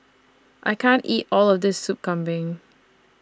I can't eat All of This Sup Kambing